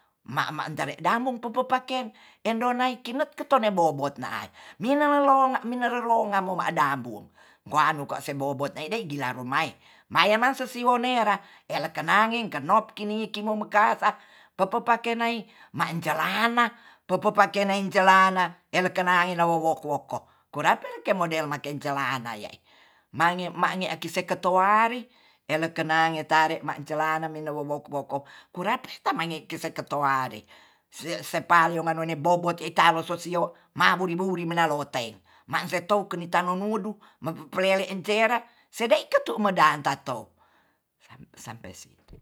Ma-ma tare damung pupu paken endonai kinot kutonei bobot nai, mina lelong minarerongan moma' dabung banuka sebobot eidei dilaron mai maiaman sesiwonera elekenangen kenop kini kimo mekasa pepe pakei nai ma' calana pepepake nei celana elekan nai wowoku woko kolaperek model make celana ye'i ma'nge, ma'nge kiseketowari eleken nange tare macelana minawowok woko kurape tamange kese ketoare sie sepayo manone bobot ei tano sosio wo maburi-buri menalote ma setou keni tanomun mudu mepepelele entera sedei ketu medanta to